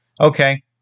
Okay